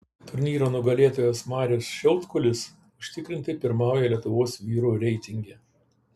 turnyro nugalėtojas marius šiaudkulis užtikrintai pirmauja lietuvos vyrų reitinge